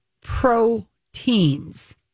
proteins